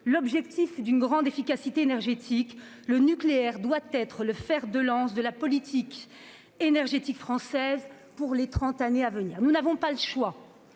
une plus grande efficacité énergétique -, le nucléaire doit être le fer de lance de la politique énergétique française pour les trente années à venir. Nous n'avons pas le choix